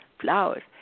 flowers